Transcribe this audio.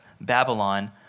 Babylon